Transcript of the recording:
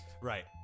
Right